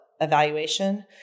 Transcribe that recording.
evaluation